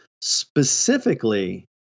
specifically